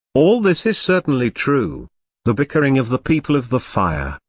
all this is certainly true the bickering of the people of the fire.